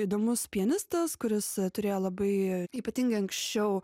įdomus pianistas kuris turėjo labai ypatingai anksčiau